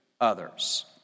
others